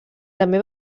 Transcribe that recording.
també